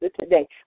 today